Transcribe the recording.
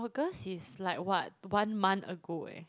August is like what one month ago eh